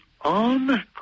On